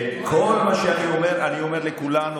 כל מה שאני אומר אני אומר לכולנו,